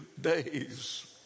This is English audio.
days